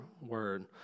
word